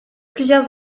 plusieurs